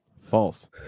False